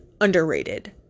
underrated